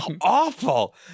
awful